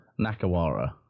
Nakawara